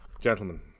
Gentlemen